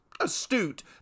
astute